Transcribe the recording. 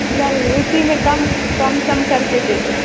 नहीं उसी में कम कम सम कर के दे दो